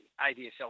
ADSL